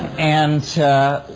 and, ah,